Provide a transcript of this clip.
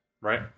Right